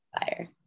fire